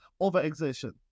overexertion